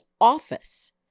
office